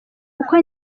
uko